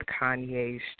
Kanye's